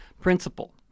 Principle